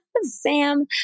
Sam